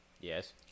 Yes